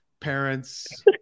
parents